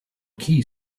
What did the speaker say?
key